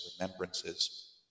remembrances